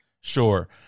Sure